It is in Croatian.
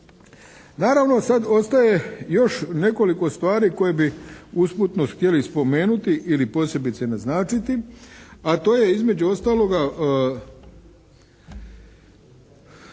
Naravno sad ostaje još nekoliko stvari koje bi usputno htjeli spomenuti ili posebice naznačiti, a to je između ostaloga